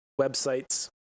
websites